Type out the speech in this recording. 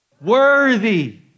Worthy